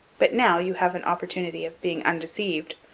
but now you have an opportunity of being undeceived,